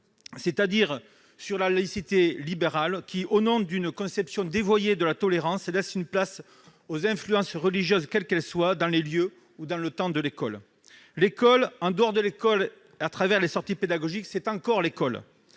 c'est-à-dire sur la laïcité libérale qui, au nom d'une conception dévoyée de la tolérance, laisse une place aux influences religieuses, quelles qu'elles soient, dans les lieux ou dans le temps de l'école. L'école en dehors de l'école, à travers les sorties pédagogiques, c'est encore l'école